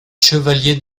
chevalier